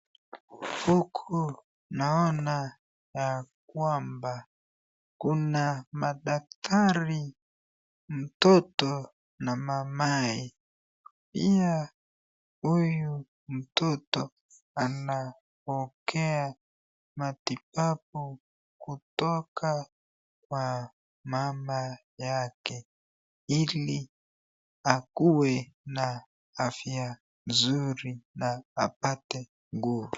Huku naona ya kwamba kuna madaktari, mtoto na mamaye. Pia huyu mtoto anapokea matibabu kutoka kwa mama yake ili akuwe na afya nzuri na apate nguvu.